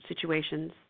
situations